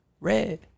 Red